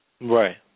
Right